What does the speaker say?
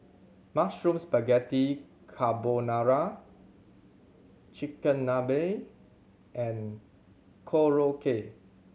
Mushroom Spaghetti Carbonara Chigenabe and Korokke